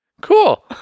cool